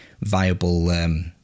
viable